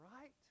right